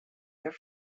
their